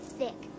thick